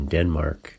Denmark